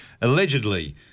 Allegedly